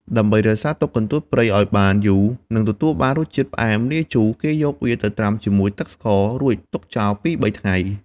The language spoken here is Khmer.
ដើម្បីរក្សាទុកកន្ទួតព្រៃឱ្យបានយូរ និងទទួលបានរសជាតិផ្អែមលាយជូរ គេយកវាទៅត្រាំជាមួយទឹកស្ករ រួចទុកចោលពីរបីថ្ងៃ។